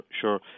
sure